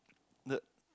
the